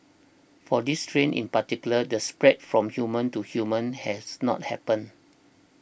for this strain in particular the spread from human to human has not happened